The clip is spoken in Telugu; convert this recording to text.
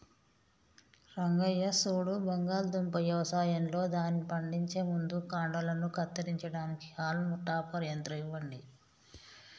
రంగయ్య సూడు బంగాళాదుంప యవసాయంలో దానిని పండించే ముందు కాండలను కత్తిరించడానికి హాల్మ్ టాపర్ యంత్రం ఇవ్వండి